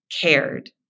cared